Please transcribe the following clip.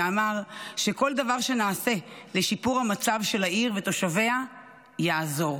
ואמר שכל דבר שנעשה לשיפור המצב של העיר ותושביה יעזור.